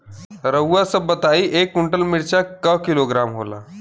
रउआ सभ बताई एक कुन्टल मिर्चा क किलोग्राम होला?